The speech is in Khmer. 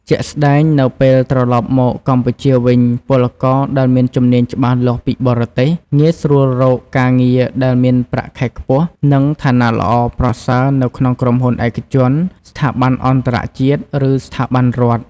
ជាក់ស្ដែង នៅពេលត្រឡប់មកកម្ពុជាវិញ ពលករដែលមានជំនាញច្បាស់លាស់ពីបរទេស ងាយស្រួលរកការងារដែលមានប្រាក់ខែខ្ពស់ និងឋានៈល្អប្រសើរនៅក្នុងក្រុមហ៊ុនឯកជន ស្ថាប័នអន្តរជាតិ ឬស្ថាប័នរដ្ឋ។